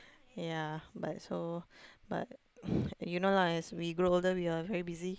ya but so but you know lah as we grow older we are very busy